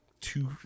two